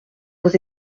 vos